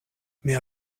mia